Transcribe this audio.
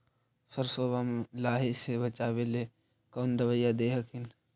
सरसोबा मे लाहि से बाचबे ले कौन दबइया दे हखिन?